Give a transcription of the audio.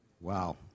Wow